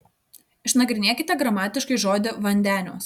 išnagrinėkite gramatiškai žodį vandeniuos